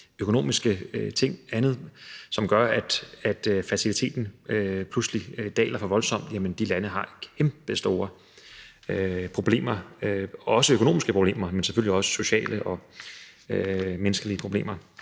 økonomiske ting og andet, som gør, at fertiliteten pludselig daler for voldsomt, har kæmpestore problemer. Det er økonomiske problemer, men selvfølgelig også sociale og menneskelige problemer.